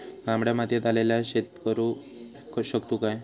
तामड्या मातयेत आल्याचा शेत करु शकतू काय?